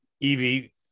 Evie